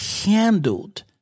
handled